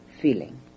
feeling